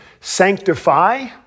sanctify